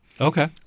Okay